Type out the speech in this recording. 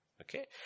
okay